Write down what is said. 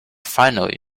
finally